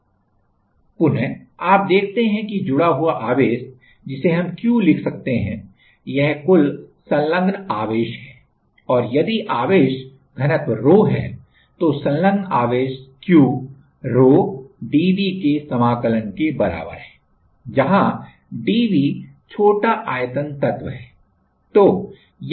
पुनः आप देखते हैं कि जुड़ा हुआ आवेश जिसे हम Q लिख सकते हैं यह कुल संलग्न आवेश है और यदि आवेश घनत्व rho है तो संलग्न आवेश Q rho dV के समाकलन के बराबर है जहां dV छोटा आयतन तत्व है